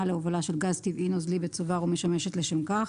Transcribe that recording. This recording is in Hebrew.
להובלה של גז טבעי נוזלי בצובר ומשמשת לשם כך.